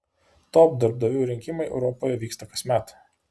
top darbdavių rinkimai europoje vyksta kasmet